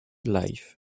life